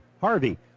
Harvey